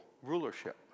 rulership